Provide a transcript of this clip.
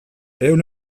ehun